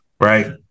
right